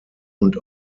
und